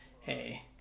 hey